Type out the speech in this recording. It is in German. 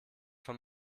von